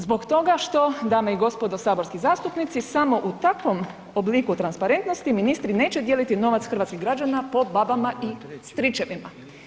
Zbog toga što, dame i gospodo saborski zastupnici, samo u takvom obliku transparentnosti ministri neće dijeliti novac hrvatskih građana po babama i stričevima.